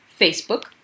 Facebook